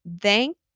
Thank